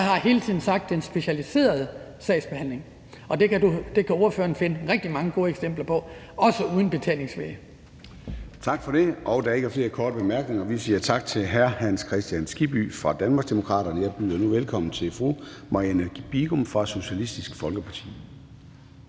Jeg har hele tiden sagt, at det er den specialiserede sagsbehandling, og det kan ordføreren finde rigtig mange gode eksempler på, også uden betalingsvæg.